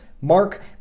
mark